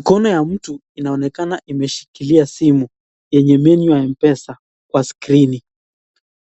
Mkono ya mtu inaonekana imeshikilia simu yenye menyu ya Mpesa kwa skrini.